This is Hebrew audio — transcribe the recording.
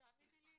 תאמיני לי,